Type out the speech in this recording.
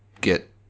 get